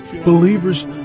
believers